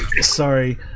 Sorry